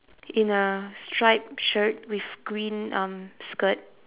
in a striped shirt with green um skirt